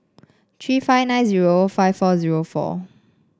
three five nine zero five four zero four